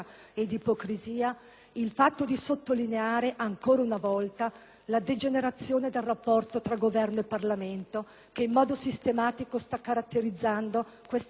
il fatto di sottolineare, ancora una volta, la degenerazione del rapporto tra Governo e Parlamento, che in modo sistematico sta caratterizzando questi mesi di legislatura;